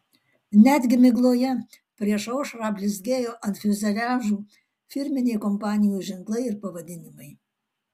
netgi migloje prieš aušrą blizgėjo ant fiuzeliažų firminiai kompanijų ženklai ir pavadinimai